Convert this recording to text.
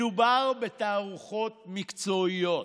מדובר בתערוכות מקצועיות,